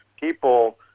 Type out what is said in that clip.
people